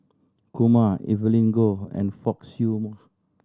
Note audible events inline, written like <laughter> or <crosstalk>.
Kumar Evelyn Goh and Fock Siew <unintelligible>